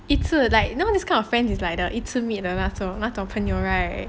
一次 it's like you know this kind of friends is like the 一次 meet 的那种朋友 right